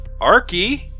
Arky